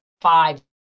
five